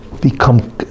become